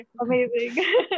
Amazing